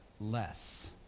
less